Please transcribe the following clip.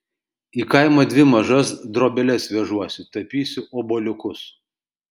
į kaimą dvi mažas drobeles vežuosi tapysiu obuoliukus